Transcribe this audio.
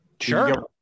sure